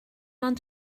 ond